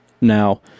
Now